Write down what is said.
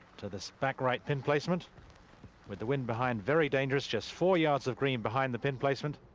to this back. right pin placement with the wind behind. very dangerous. just four yards of green behind the pin placement.